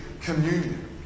communion